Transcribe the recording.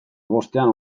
bostean